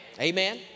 Amen